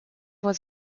was